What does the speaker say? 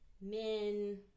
men